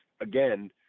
again